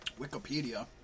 Wikipedia